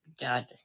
God